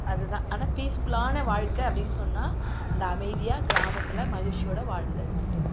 அதுதான் ஆனா பீஸ்ஃபுல்லான வாழ்க்கை அப்படினு சொன்னால் அந்த அமைதியாக கிராமத்தில் மகிழ்ச்சியோடு வாழ்ந்தது மட்டும்தான்